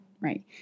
right